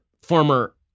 former